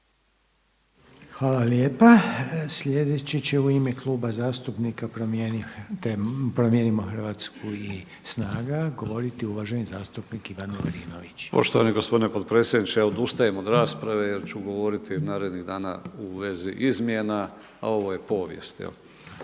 Hvala lijepa. Sljedeći će u ime Kluba zastupnika Promijenimo Hrvatsku i SNAGA govoriti uvaženi zastupnik Ivan Lovrinović. **Lovrinović, Ivan (Promijenimo Hrvatsku)** Poštovani gospodine potpredsjedniče. Ja odustajem od rasprave jer ću govoriti narednih dana u vezi izmjena, a ovo je povijest.